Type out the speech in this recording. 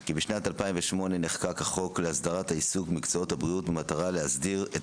כי בשנת 2008 נחקק החוק להסדרת העיסוק במקצועות הבריאות במטרה להסדיר את